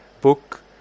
book